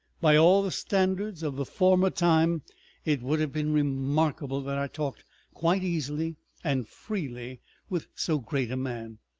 by all the standards of the former time it would have been remarkable that i talked quite easily and freely with so great a man.